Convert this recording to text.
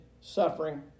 suffering